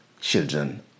children